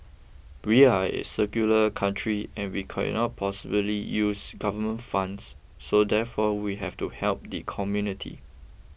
we are a secular country and we cannot possibly use government funds so therefore we have to help the community